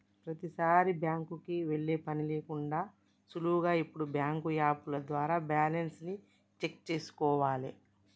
ప్రతీసారీ బ్యాంకుకి వెళ్ళే పని లేకుండానే సులువుగా ఇప్పుడు బ్యాంకు యాపుల ద్వారా బ్యాలెన్స్ ని చెక్ చేసుకోవాలే